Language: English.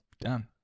Done